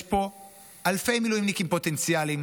יש פה אלפי מילואימניקים פוטנציאליים